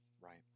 Right